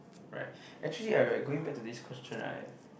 right actually err going back to this question right